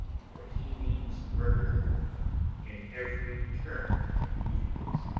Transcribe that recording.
for he means murder in every turn and movement.